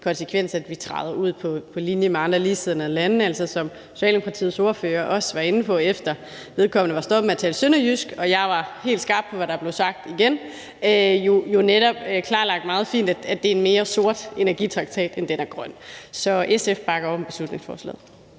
naturlig konsekvens, at vi træder ud på linje med andre ligesindede lande. Som Socialdemokratiets ordfører også var inde på, efter vedkommende var stoppet med at tale sønderjysk – og jeg var igen helt skarp på, hvad der blev sagt – og netop redegjorde meget fint for, er det en energitraktat, der er mere sort end grøn. Så SF bakker op om beslutningsforslaget.